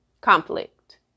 conflict